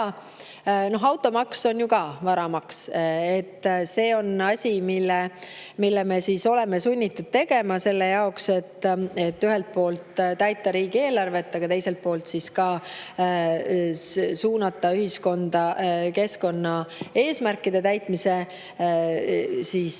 Automaks on ju ka varamaks. See on asi, mille me oleme sunnitud tegema selle jaoks, et ühelt poolt täita riigieelarvet ja teiselt poolt suunata ühiskonda keskkonnaeesmärkide täitmise